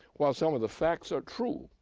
while some of the facts are true,